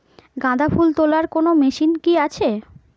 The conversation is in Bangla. গাঁদাফুল তোলার কোন মেশিন কি আছে?